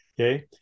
okay